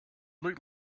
looked